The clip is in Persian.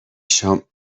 شام